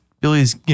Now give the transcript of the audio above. Billy's